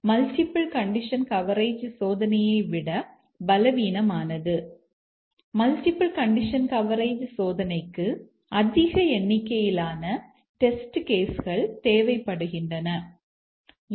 multiple condition coverage சோதனை செய்வதற்கு அதிக எண்ணிக்கையிலான டெஸ்ட் கேஸ் கள் தேவைப்படுகின்றன எம்